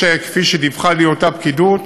יש, כפי שדיווחה לי אותה פקידות,